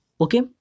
okay